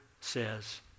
says